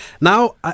Now